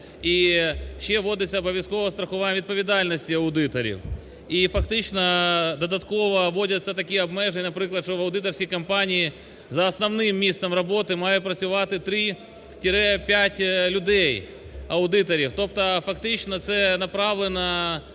І ще вводиться обов'язкова страхувальна відповідальність аудиторів і фактично додатково вводяться такі обмеження, наприклад, що в аудиторській компанії за основним місцем роботи має працювати 3-5 людей аудиторів. Тобто фактично це направлено